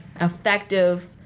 effective